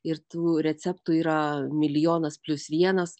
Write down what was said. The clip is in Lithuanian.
ir tų receptų yra milijonas plius vienas